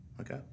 okay